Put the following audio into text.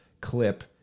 clip